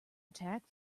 attack